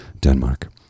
denmark